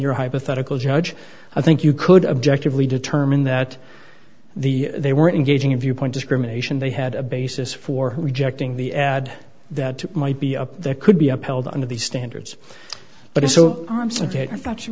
your hypothetical judge i think you could object if we determine that the they were engaging in viewpoint discrimination they had a basis for rejecting the ad that might be up there could be upheld under these standards but it's so concentrated i thought you